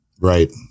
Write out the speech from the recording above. Right